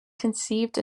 conceived